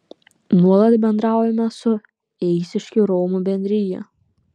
nuolat bendraujame su eišiškių romų bendrija